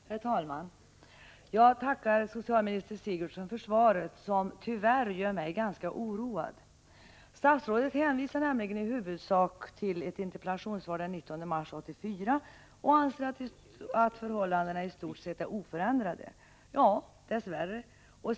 Prot. 1985/86:25 Herr talman! Jag tackar socialminister Sigurdsen för svaret, som tyvärr gör 12 november 1985 mig ganska oroad. Statsrådet hänvisar nämligen i huvudsak tillettinterpellaa ZXZ — AA Om villkoren för till tionssvar den 19 mars 1984 och anser att förhållandena i stort sett är Vänd Ik oförändrade. Ja, dess värre är de det.